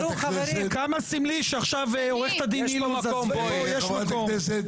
כמה סמלי שעכשיו עורכת הדין אילוז --- חברת הכנסת